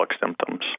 symptoms